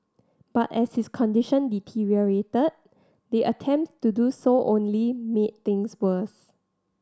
but as his condition deteriorated the attempts to do so only made things worse